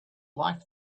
life